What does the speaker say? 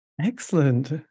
Excellent